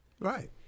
Right